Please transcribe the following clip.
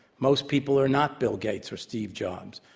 most people are not bill gates or steve jobs.